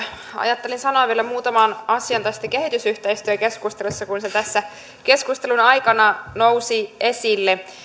ajattelin sanoa vielä muutaman asian tästä kehitysyhteistyökeskustelusta kun se tässä keskustelun aikana nousi esille